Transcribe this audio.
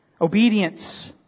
obedience